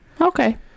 Okay